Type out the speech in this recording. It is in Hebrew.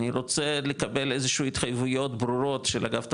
אני רוצה לקבל איזשהו התחייבויות ברורות של אגף תקציבים,